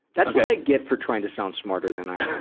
that' what i get for trying to sound smarter than i am.